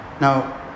Now